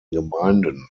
gemeinden